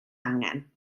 angen